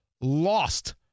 lost